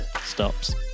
stops